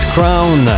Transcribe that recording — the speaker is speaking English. Crown